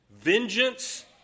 vengeance